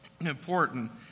important